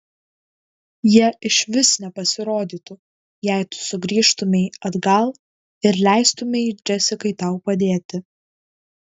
jie išvis nepasirodytų jei tu sugrįžtumei atgal ir leistumei džesikai tau padėti